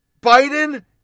Biden